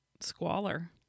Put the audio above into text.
squalor